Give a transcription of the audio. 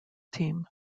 team